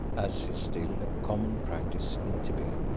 as is still a common practice in thibet.